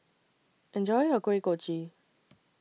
Enjoy your Kuih Kochi